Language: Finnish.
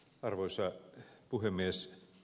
arvoisa puhemies